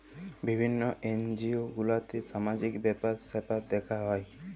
বিভিল্য এনজিও গুলাতে সামাজিক ব্যাপার স্যাপার দ্যেখা হ্যয়